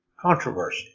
controversy